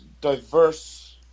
diverse